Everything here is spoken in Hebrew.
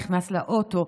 נכנס לאוטו,